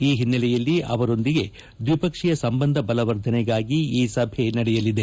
ಈ ಓನ್ನೆಲೆಯಲ್ಲಿ ಆವರೊಂದಿಗೆ ದ್ವಿಪಕ್ಷೀಯ ಸಂಬಂಧ ಬಲವರ್ಧನೆಗಾಗಿ ಈ ಸಭೆ ನಡೆಯಲಿದೆ